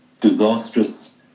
disastrous